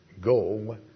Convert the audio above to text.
Go